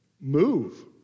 Move